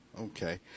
Okay